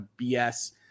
BS